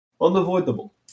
Unavoidable